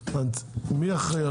מי אחראי על